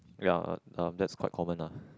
ya uh that's quite common ah